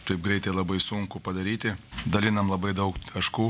taip greitai labai sunku padaryti dalinam labai daug taškų